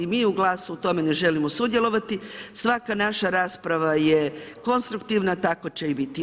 Mi u GLAS-u u tome ne želimo sudjelovati, svaka naša rasprava je konstruktivna, tako će i biti.